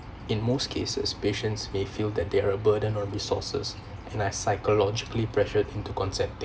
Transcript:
in most cases patients may feel that they are a burden on resources and psychologically pressured into consent